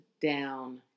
down